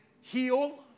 heal